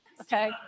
okay